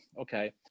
okay